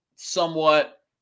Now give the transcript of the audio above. somewhat